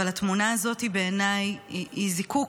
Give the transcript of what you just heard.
אבל התמונה הזאת בעיניי היא זיקוק